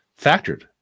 factored